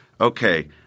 Okay